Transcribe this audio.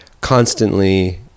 constantly